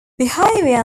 behavior